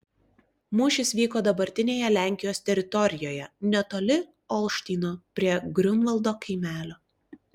mūšis vyko dabartinėje lenkijos teritorijoje netoli olštyno prie griunvaldo kaimelio